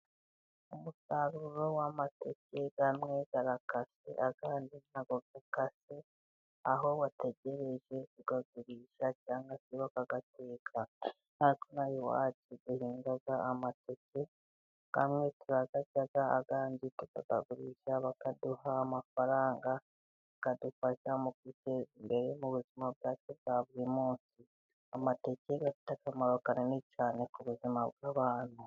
Umusaruro w'amateka amwe arakase andi ntabwo akase aho bategereje kuyagurisha cyangwa bakaba bayateka ntatwe iyo iwacu duhinga amateke bamwemwe turayarya adi tukatagushya, bakaduha amafaranga tukiteza imbere mu buzima bwacu bwa buri munsi, amateke afite akamaro kanini cyane ku buzima bw'abantu.